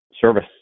service